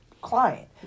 client